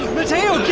mateo